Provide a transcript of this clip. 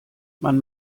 man